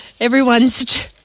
everyone's